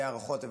ולפי ההערכות,